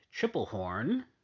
Triplehorn